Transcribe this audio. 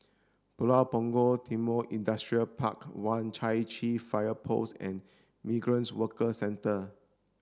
Pulau Punggol Timor Industrial Park one Chai Chee Fire Post and Migrant Workers Centre